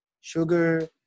sugar